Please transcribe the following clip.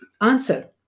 answer